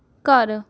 ਘਰ